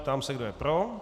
Ptám se, kdo je pro.